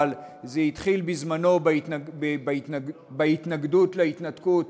אבל זה התחיל בזמנה בהתנגדות להתנתקות,